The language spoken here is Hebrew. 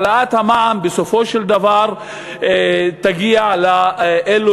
העלאת המע"מ בסופו של דבר תגיע לאלה